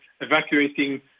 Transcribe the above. evacuating